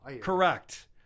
correct